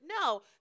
no